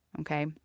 Okay